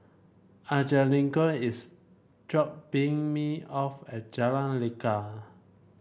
Angelique is dropping me off at Jalan Lekar